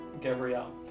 Gabrielle